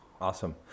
Awesome